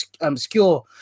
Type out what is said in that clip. obscure